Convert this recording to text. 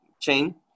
chain